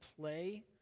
play